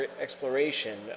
exploration